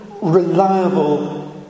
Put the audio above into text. reliable